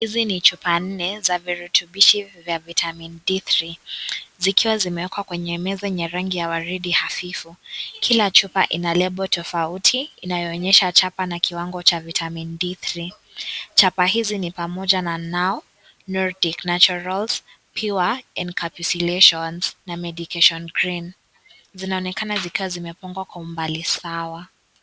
Hizi ni chupa nne za viritubishi vya vitamin D3,zikiwa zimeekwa kwenye meza ya rangi ya waridi hafifu. Kila chupa ina lebo tofauti inayonyesha chapa na kiwango cha vitamin D3,chapa hizi ni pamoja na (CS)Nordic naturals pure and calculations(CS )na (CS)medication green(CS) zinaonekana zikiwa zimepangwa kwa umbali sana.